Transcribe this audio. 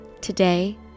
Today